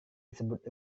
disebut